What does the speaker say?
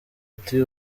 ati